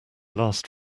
last